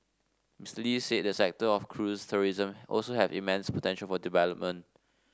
Mister Lee said the sector of cruise tourism also have immense potential for development